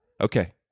Okay